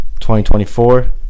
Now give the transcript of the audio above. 2024